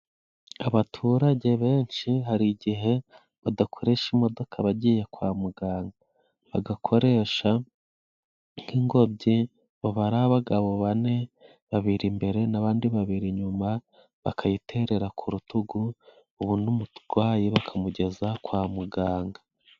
Abaturage benshi hari igihe badakoresha imodoka bagiye kwa muganga bagakoresha nk'ingobyi, baba ari abagabo bane, babiri imbere n'abandi babiri inyuma. Bakayiterera ku rutugu ubundi umurwayi bakamugeza kwa muganga.